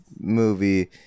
movie